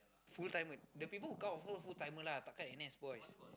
full timer the people who come of course full-timers lah tak kan N_S boys